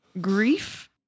grief